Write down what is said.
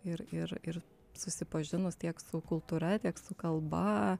ir ir ir susipažinus tiek su kultūra tiek su kalba